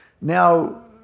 Now